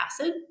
acid